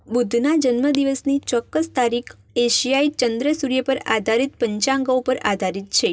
બુદ્ધના જન્મદિવસની ચોક્કસ તારીખ એશિયાઈ ચંદ્ર સૂર્ય પર આધારિત પંચાંગો પર આધારિત છે